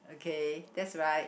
okay that's right